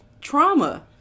trauma